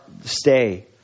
stay